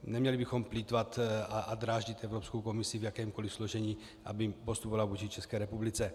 Neměli bychom plýtvat a dráždit Evropskou komisi v jakémkoli složení, aby postupovala vůči České republice.